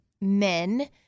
men